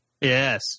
Yes